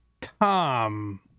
Tom